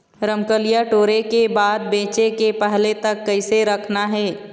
रमकलिया टोरे के बाद बेंचे के पहले तक कइसे रखना हे?